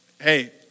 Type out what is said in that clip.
hey